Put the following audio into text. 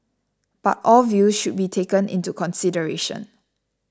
but all views should be taken into consideration